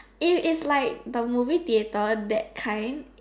and its like the movie theater that kind